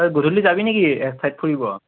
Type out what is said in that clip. গধূলি যাবি নেকি এক ঠাইত ফুৰিব